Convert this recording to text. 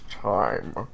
time